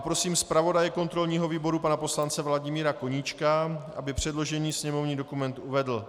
Prosím zpravodaje kontrolního výboru pana poslance Vladimíra Koníčka, aby předložený sněmovní dokument uvedl.